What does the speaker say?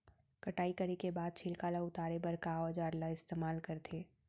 कटाई करे के बाद छिलका ल उतारे बर का औजार ल इस्तेमाल करथे?